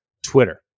Twitter